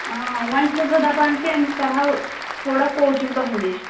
وۅنۍ چھَس بہٕ دَپان کہِ أمِس کَرٕہو تھوڑا کوچِنٛگ تۄہہِ نِش